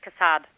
Kassab